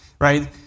right